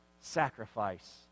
sacrifice